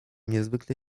niezwykle